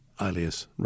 alias